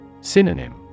Synonym